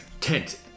tent